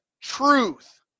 truth